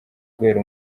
guhera